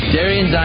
Darian